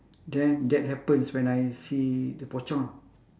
then that happens when I see the pocong ah